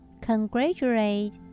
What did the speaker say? Congratulate